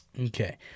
Okay